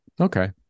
okay